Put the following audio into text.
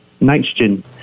nitrogen